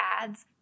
ads